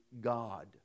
God